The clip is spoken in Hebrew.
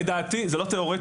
זה לא תיאורטי.